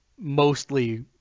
mostly